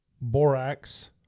borax